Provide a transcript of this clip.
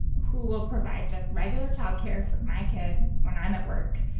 who will provide just regular child care for my kid when i'm at work?